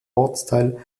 ortsteil